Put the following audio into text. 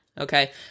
okay